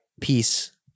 peace